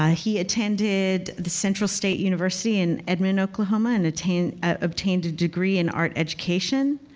ah he attended the central state university in edmond, oklahoma, and obtained obtained a degree in art education.